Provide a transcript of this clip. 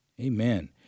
Amen